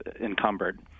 encumbered